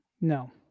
No